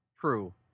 True